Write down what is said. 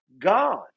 God